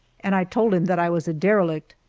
and i told him that i was a derelict,